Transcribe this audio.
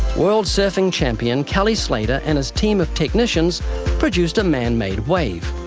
world surfing champion kelly slater and his team of technicians produced a man-made wave.